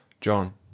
JOHN